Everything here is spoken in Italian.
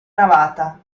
navata